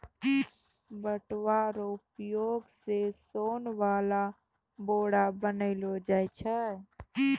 पटुआ रो प्रयोग से सोन वाला बोरा बनैलो जाय छै